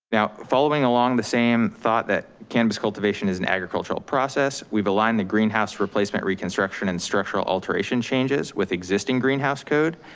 now, following along the same thought that cannabis cultivation is an agricultural process, we've aligned the greenhouse replacement, reconstruction and structural alteration changes with existing greenhouse code.